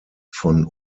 von